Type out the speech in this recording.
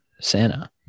Santa